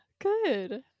Good